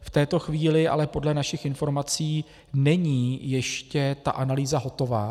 V této chvíli ale podle našich informací není ještě ta analýza hotová.